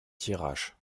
thiérache